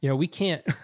yeah we can't,